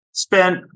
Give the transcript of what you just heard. Spent